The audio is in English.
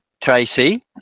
Tracy